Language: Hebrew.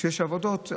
כשיש עבודות,